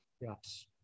Yes